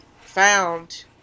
found